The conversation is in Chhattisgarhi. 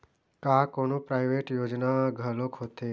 का कोनो प्राइवेट योजना घलोक होथे?